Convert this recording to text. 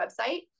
website